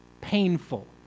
painful